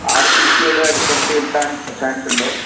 ആറ് സീറ്റുകള് അടുത്തടുത്ത് കിട്ടാൻ ചാൻസുണ്ടോ